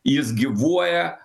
jis gyvuoja